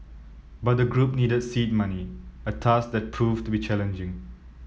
but the group needed seed money a task that proved to be challenging